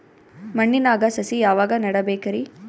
ಮಣ್ಣಿನಾಗ ಸಸಿ ಯಾವಾಗ ನೆಡಬೇಕರಿ?